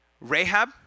Rahab